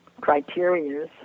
Criteria